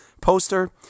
poster